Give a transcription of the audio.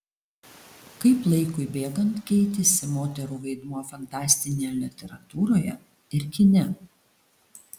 kaip laikui bėgant keitėsi moterų vaidmuo fantastinėje literatūroje ir kine